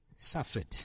Suffered